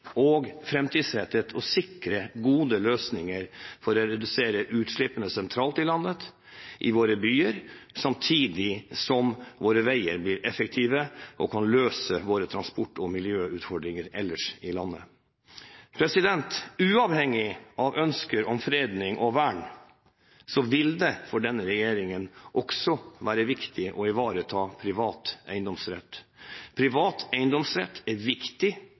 og framtidsrettet å sikre gode løsninger for å redusere utslippene sentralt i landet, i våre byer, samtidig som våre veier blir effektive og kan løse våre transport- og miljøutfordringer ellers i landet. Uavhengig av ønsker om fredning og vern vil det for denne regjeringen også være viktig å ivareta privat eiendomsrett. Privat eiendomsrett er viktig